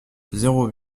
zéro